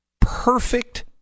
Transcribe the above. perfect